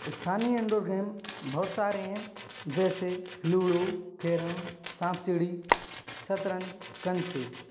स्थानीय indoor game बहुत सारे हैं जैसे लूडो कैरम सांप सीढ़ी शतरंज कंचे